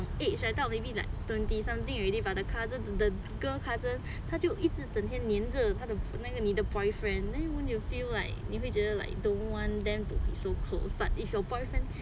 it's like 到 maybe twenty something already but the cousin the girl cousin 她就一直整天粘着他的你的 boyfriend then you won't you feel like 你会觉得 like don't want them to be so close but if your boyfriend